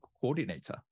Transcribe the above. coordinator